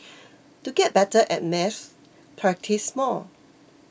to get better at maths practise more